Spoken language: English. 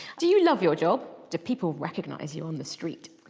do you love your job? do people recognise you on the street?